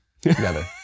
together